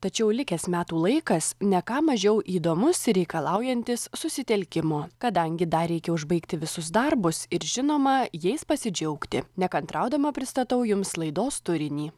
tačiau likęs metų laikas ne ką mažiau įdomus ir reikalaujantis susitelkimo kadangi dar reikia užbaigti visus darbus ir žinoma jais pasidžiaugti nekantraudama pristatau jums laidos turinį